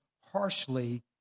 harshly